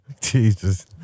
Jesus